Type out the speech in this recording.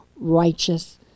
righteous